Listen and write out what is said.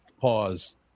Pause